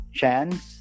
chance